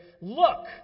Look